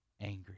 angry